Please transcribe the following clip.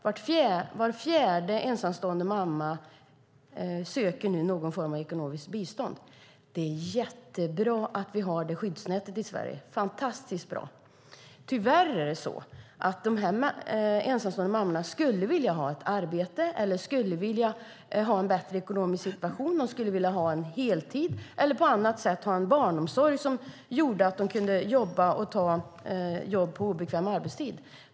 Var fjärde ensamstående mamma söker nu någon form av ekonomiskt bistånd. Det är jättebra att vi har detta skyddsnät i Sverige. Det är fantastiskt bra. Men dessa ensamstående mammor skulle vilja ha ett arbete och en bättre ekonomisk situation. De skulle vilja ha en heltid och ha en barnomsorg som gör att de kan ta jobb på obekväm arbetstid.